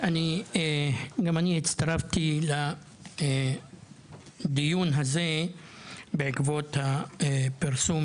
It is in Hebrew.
גם אני הצטרפתי לדיון הזה בעקבות הפרסום